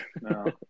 No